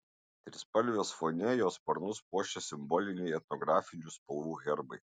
trispalvės fone jo sparnus puošia simboliniai etnografinių spalvų herbai